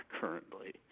currently